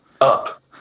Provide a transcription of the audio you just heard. up